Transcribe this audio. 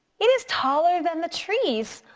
it is taller than the trees.